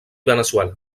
veneçuela